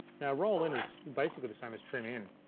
now roll in is basically the same as trim in.